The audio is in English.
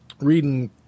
Reading